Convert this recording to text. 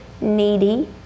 needy